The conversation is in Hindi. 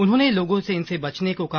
उन्होंने लोगों से इनसे बचने को कहा